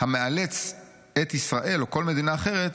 המאלץ את ישראל (או כל מדינה אחרת)